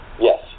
Yes